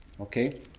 Okay